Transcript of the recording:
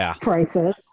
prices